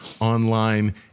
online